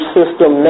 system